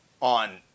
on